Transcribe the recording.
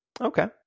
okay